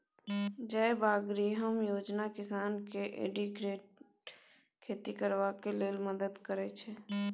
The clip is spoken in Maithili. जयबागरिहम योजना किसान केँ इंटीग्रेटेड खेती करबाक लेल मदद करय छै